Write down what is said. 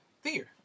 Fear